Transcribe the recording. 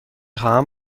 خواهم